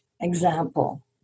Example